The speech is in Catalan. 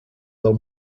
del